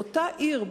באותה עיר,